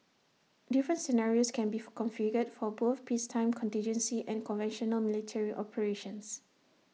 different scenarios can be configured for both peacetime contingency and conventional military operations